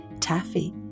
Taffy